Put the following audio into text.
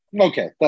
Okay